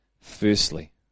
Firstly